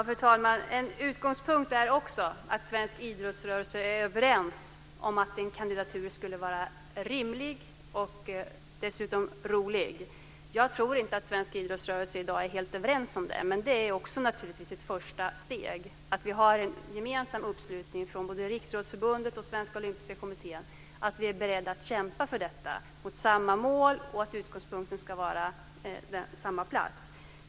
Fru talman! En utgångspunkt är också att svensk idrottsrörelse är överens om att en kandidatur skulle vara rimlig och rolig. Jag tror inte att svensk idrottsrörelse i dag är helt överens om det. Det är ett första steg att det finns en gemensam uppslutning från Riksidrottsförbundet och Sveriges Olympiska Kommitté att kämpa mot samma mål. Utgångspunkten ska vara samma plats.